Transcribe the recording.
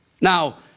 Now